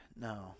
No